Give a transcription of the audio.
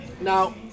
Now